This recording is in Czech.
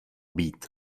být